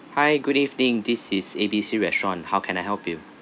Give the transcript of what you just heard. hi good evening this is A B C restaurant how can I help you